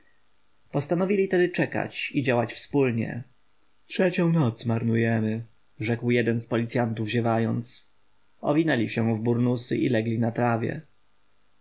postanowili tedy czekać i działać wspólnie trzecią noc marnujemy rzekł jeden z policjantów ziewając owinęli się w burnusy i legli na trawie